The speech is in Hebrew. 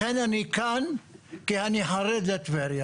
לכן אני כאן, כי אני חרד לטבריה.